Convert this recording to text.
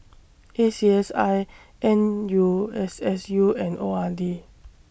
A C S I N U S S U and O R D